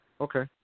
Okay